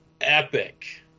epic